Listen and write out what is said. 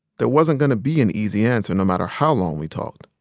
there wasn't going to be an easy answer, no matter how long we talked.